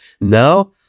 now